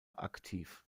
aktiv